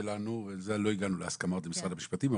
בזה לא הגענו להסכמות עם משרד המשפטים,